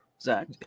Zach